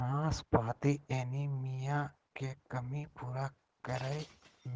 नाशपाती एनीमिया के कमी पूरा करै